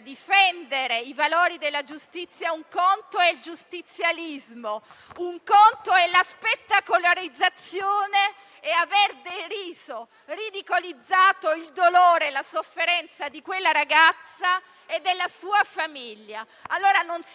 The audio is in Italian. difendere i valori della giustizia, un conto è il giustizialismo e un conto sono la spettacolarizzazione e l'aver deriso e ridicolizzato il dolore e la sofferenza di una ragazza e della sua famiglia. Non solo